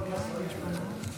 ברשות יושבת-ראש הישיבה,